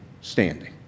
standing